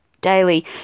daily